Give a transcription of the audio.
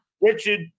Richard